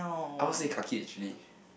I want to say kaki actually